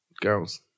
girls